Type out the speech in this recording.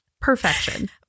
Perfection